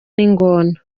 n’ingona